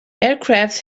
aircraft